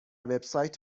وبسایت